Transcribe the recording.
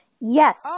yes